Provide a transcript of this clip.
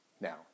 now